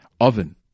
oven